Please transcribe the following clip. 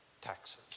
taxes